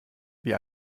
wie